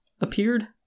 appeared